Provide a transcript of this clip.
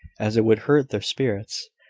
as it would hurt their spirits,